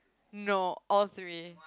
no all three